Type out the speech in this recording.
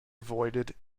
avoided